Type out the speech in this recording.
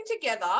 together